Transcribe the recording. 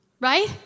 Right